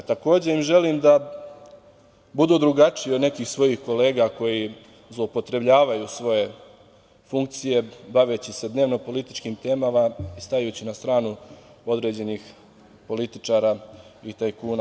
Takođe im želim da budu drugačiji od nekih svojih kolega koji zloupotrebljavaju svoje funkcije baveći se dnevno političkim temama i stajući na stranu određenih političara i tajkuna.